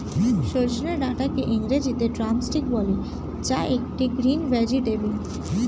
সজনে ডাটাকে ইংরেজিতে ড্রামস্টিক বলে যা একটি গ্রিন ভেজেটাবেল